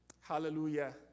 Hallelujah